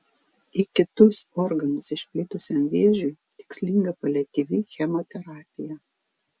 į kitus organus išplitusiam vėžiui tikslinga paliatyvi chemoterapija